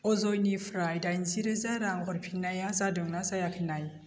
आजिय'निफ्राय दाइनजिरोजा रां हरफिननाया जादोंना जायाखै नाय